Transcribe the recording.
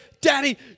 Daddy